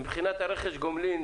מבחינת רכש הגומלין